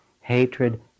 hatred